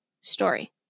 story